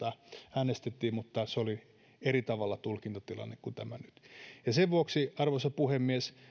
äänestettiin mutta se oli eri tavalla tulkintatilanne kuin tämä nyt sen vuoksi arvoisa puhemies